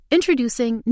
Introducing